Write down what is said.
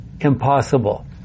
impossible